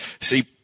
see